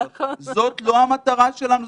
זו לא המטרה שלנו.